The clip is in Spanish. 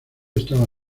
estaba